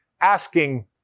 asking